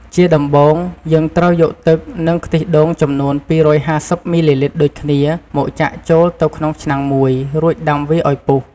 ជាដំបូង យើងត្រូវយកទឹក និងខ្ទិះដូងចំនួន២៥០មីលីលីត្រដូចគ្នាមកចាក់ចូលទៅក្នុងឆ្នាំងមួយ រួចដាំវាឱ្យពុះ។